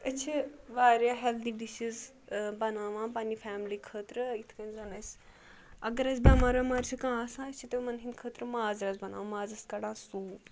أسۍ چھِ واریاہ ہیلدی ڈِشِز بَناوان پَنٕنہِ فیملی خٲطرٕ یِتھٕ کٔنۍ زَن اَسہِ اگر أسۍ بیمار ویمارِ چھِ کانٛہہ آسان أسۍ چھِ تِمَن ہٕنٛدۍ خٲطرٕ ماز رَس بَناوان مازَس کَڈان سوٗپ